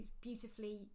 beautifully